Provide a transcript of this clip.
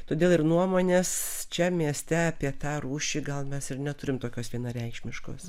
todėl ir nuomonės čia mieste apie tą rūšį gal mes ir neturim tokios vienareikšmiškos